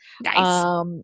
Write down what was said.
Nice